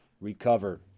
recover